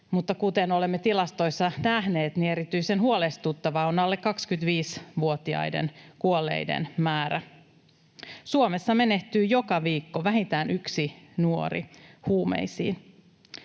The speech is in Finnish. mutta kuten olemme tilastoista nähneet, erityisen huolestuttava on alle 25-vuotiaiden kuolleiden määrä. Suomessa menehtyy joka viikko vähintään yksi nuori huumeisiin.